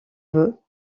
veut